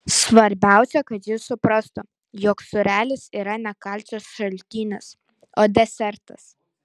svarbiausia kad jis suprastų jog sūrelis yra ne kalcio šaltinis o desertas